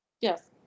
Yes